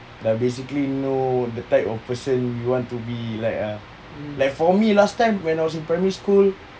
dah basically know the type of person you want to be like err like for me last time when I was in primary school